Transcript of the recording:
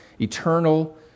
eternal